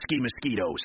mosquitoes